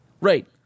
Right